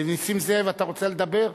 נסים זאב, אתה רוצה לדבר?